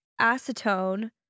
acetone